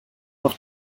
noch